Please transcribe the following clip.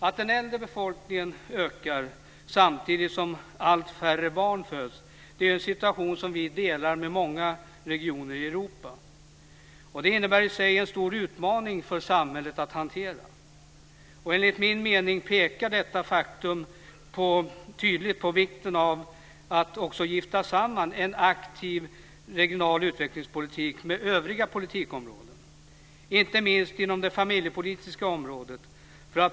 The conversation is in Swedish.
Att den äldre befolkningen ökar samtidigt som allt färre barn föds är en situation som vi delar med många regioner i Europa. Det innebär i sig en stor utmaning för samhället att hantera. Enligt min mening pekar detta faktum tydligt på vikten av att gifta samman en aktiv regional utvecklingspolitik med övriga politikområden, inte minst inom det familjepolitiska området.